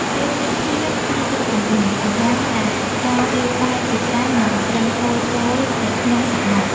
ពេលមានភ្លៀង ឬទឹកជំនន់ សំរាមដែលចោលរាយប៉ាយជាច្រើននឹងត្រូវហូរចូលទៅក្នុងសមុទ្រ។